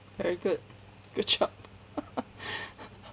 very good good job